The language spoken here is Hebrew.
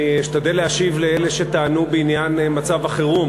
אני אשתדל להשיב לאלו שטענו בעניין מצב החירום